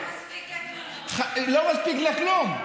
זה לא מספיק לכלום,